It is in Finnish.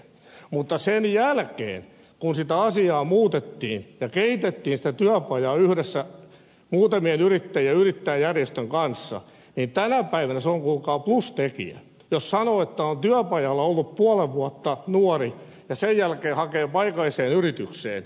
mutta sen jälkeen kun sitä asiaa muutettiin ja kehitettiin sitä työpajaa yhdessä muutamien yrittäjien ja yrittäjäjärjestön kanssa tänä päivänä se on kuulkaa plustekijä jos sanoo että nuori on työpajalla ollut puolen vuotta ja sen jälkeen hakee paikalliseen yritykseen